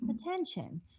attention